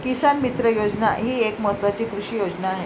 किसान मित्र योजना ही एक महत्वाची कृषी योजना आहे